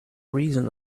reason